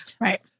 Right